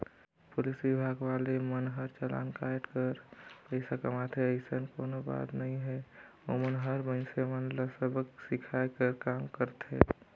police विभाग वाले मन हर चलान कायट कर पइसा कमाथे अइसन कोनो बात नइ हे ओमन हर मइनसे मन ल सबक सीखये कर काम करथे